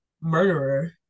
murderer